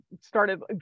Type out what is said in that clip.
started